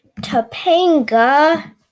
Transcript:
Topanga